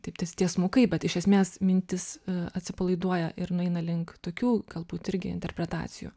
taip ties tiesmukai bet iš esmės mintys atsipalaiduoja ir nueina link tokių galbūt irgi interpretacijų